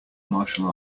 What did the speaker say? martial